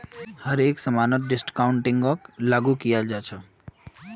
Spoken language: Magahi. हर एक समानत डिस्काउंटिंगक लागू कियाल जा छ